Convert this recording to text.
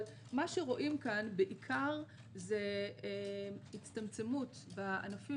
אבל מה שרואים פה בעיקר זה הצטמצמות בענפים